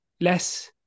less